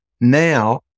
now